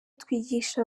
twigisha